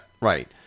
Right